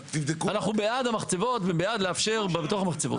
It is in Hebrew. אנחנו בעד המחצבות ובעד לאפשר בתוך המחצבות.